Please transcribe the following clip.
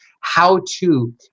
how-to